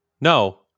No